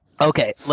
Okay